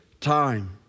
time